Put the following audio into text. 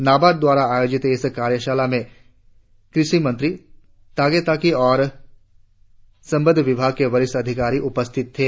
नाबार्ड द्वारा आयोजित इस कार्यशाला में कृषि मंत्री तागे ताकी और संबंद्ध विभागों के वरिष्ठ अधिकारी उपस्थित थे